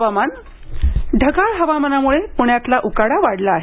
हवामान ढगाळ हवामानामुळे पुण्यातला उकाडा वाढला आहे